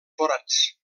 forats